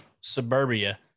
Suburbia